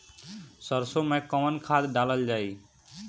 सरसो मैं कवन खाद डालल जाई?